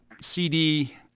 CD